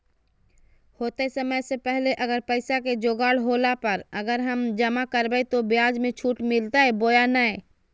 होतय समय से पहले अगर पैसा के जोगाड़ होला पर, अगर हम जमा करबय तो, ब्याज मे छुट मिलते बोया नय?